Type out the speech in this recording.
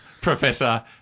Professor